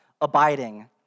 Abiding